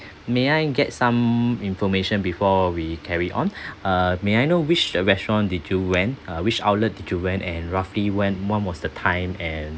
may I get some information before we carry on err may I know which the restaurant did you went uh which outlet did you went and roughly when what was the time and